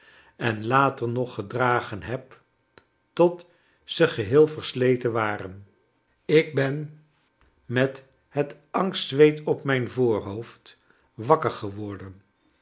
en later nog gedragen heb tot ze geheel versleten waren ik ben met het angstzweet op mijn voorhoofd wakker geworden